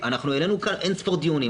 ניהלנו כאן אין ספור דיונים,